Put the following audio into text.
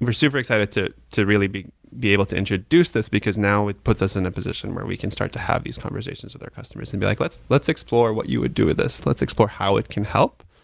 we're super excited to to really be be able to introduce this, because now it puts us in a position where we can start to have these conversations with our customers and be like, let's let's explore what you would do with this. let's explore how it can help,